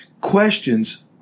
Questions